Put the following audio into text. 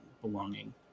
belonging